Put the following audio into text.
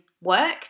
work